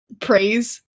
praise